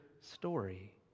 story